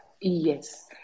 Yes